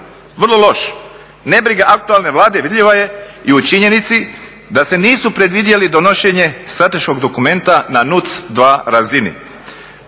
vrlo loš, nebriga aktualne Vlade vidljiva je i u činjenici da se nisu predvidjeli donošenje strateškog dokumenta na NUC 2 razini,